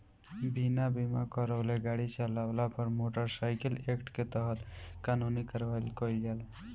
बिना बीमा करावले गाड़ी चालावला पर मोटर साइकिल एक्ट के तहत कानूनी कार्रवाई कईल जाला